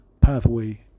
pathway